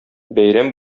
бәйрәм